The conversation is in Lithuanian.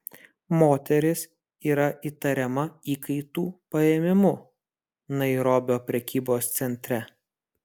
moteris yra įtariama įkaitų paėmimu nairobio prekybos centre